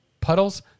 Puddles